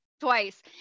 twice